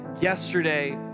yesterday